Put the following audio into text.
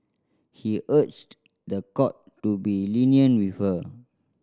he urged the court to be lenient with her